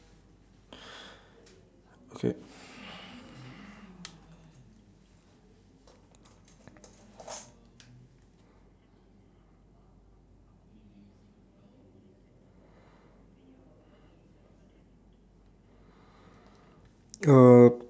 okay uh